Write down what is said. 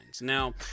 Now